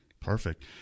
Perfect